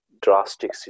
drastic